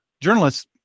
Journalists